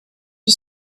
who